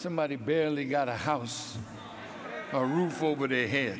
somebody barely got a house or a roof over their head